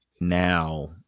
now